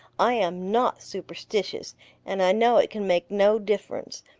i am not superstitious and i know it can make no difference.